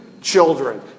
children